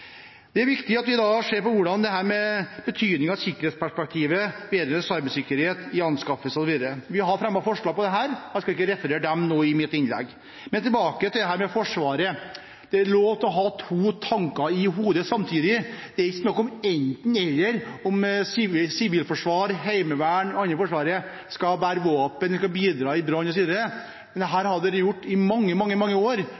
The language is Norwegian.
Det er viktig at vi ser på betydningen av sikkerhetsperspektivet vedrørende cybersikkerhet i anskaffelser osv. Vi har fremmet forslag om dette, men jeg skal ikke referere dem nå i dette innlegget. Tilbake til Forsvaret: Det er lov å ha to tanker i hodet samtidig. Det er ikke snakk om enten–eller, om hvorvidt Sivilforsvaret, Heimevernet og andre i Forsvaret skal bære våpen, bidra ved brann osv. Dette har de gjort i mange, mange år. Det er spørsmål om hvordan vi i et totalberedskapsuttrykk skal